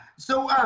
so